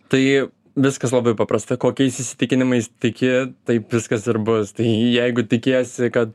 tai viskas labai paprasta kokiais įsitikinimais tiki taip viskas ir bus tai jeigu tikiesi kad